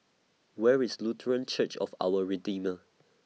Where IS Lutheran Church of Our Redeemer